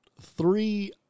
three